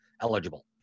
eligible